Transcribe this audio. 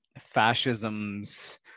fascism's